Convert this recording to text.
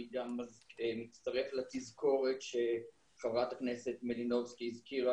אני גם מצטרף לתזכורת שחברת הכנסת מלינובסקי הזכירה,